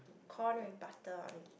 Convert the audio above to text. corn with butter on it